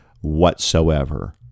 whatsoever